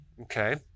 okay